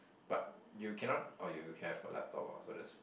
but you cannot oh you have a laptop so that's